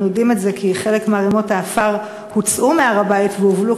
אנחנו יודעים את זה כי חלק מערמות העפר הוצאו מהר-הבית והובלו,